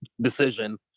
decision